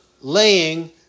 laying